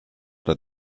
der